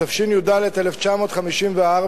התשי"ד 1954,